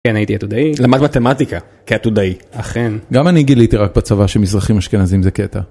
אני הייתי עתודאי. למד מתמטיקה כעתודאי. אכן. גם אני גיליתי רק בצבא שמזרחים אשכנזים זה קטע.